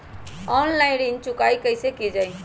Online ऋण चुकाई कईसे की ञाई?